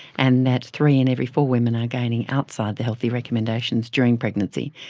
and that three in every four women are gaining outside the healthy recommendations during pregnancy.